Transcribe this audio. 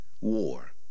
war